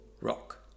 rock